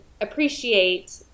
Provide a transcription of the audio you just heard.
appreciate